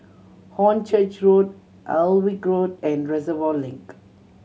Hornchurch Road Alnwick Road and Reservoir Link